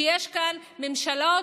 שיש כאן ממשלות,